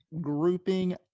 grouping